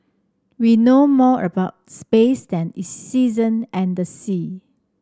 we know more about space than the season and the sea